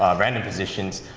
um random positions.